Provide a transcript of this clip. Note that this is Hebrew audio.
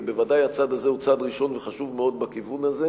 ובוודאי הצעד הזה הוא צעד ראשון וחשוב מאוד בכיוון הזה,